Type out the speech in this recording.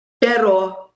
Pero